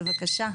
בבקשה.